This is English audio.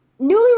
Newly